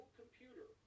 computer